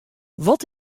wat